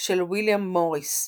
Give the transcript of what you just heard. של ויליאם מוריס,